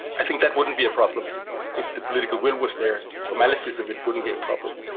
i think that wouldn't be a problem if the political will was there, the formalities of it wouldn't be a problem.